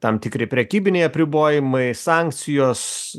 tam tikri prekybiniai apribojimai sankcijos